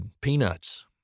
peanuts